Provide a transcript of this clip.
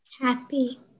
Happy